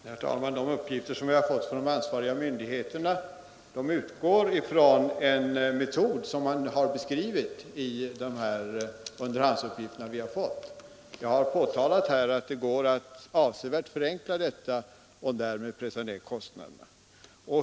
Herr talman! I de uppgifter som vi har fått av televerket utgår man från en metod som beskrivits av verket. Jag har här framhållit att det går att avsevärt förenkla förfarandet och därmed pressa ner kostnaderna.